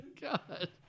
God